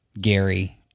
Gary